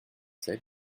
sept